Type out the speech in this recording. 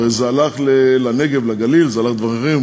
זה הלך לנגב, לגליל, זה הלך לדברים אחרים.